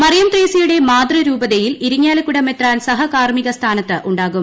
മറിയം ത്രേസ്യയുടെ മാതൃരൂപതയിൽ ഇരിങ്ങാലക്കുട മെത്രാൻ സഹകാർമ്മിക സ്ഥാനത്ത് ഉണ്ടാകും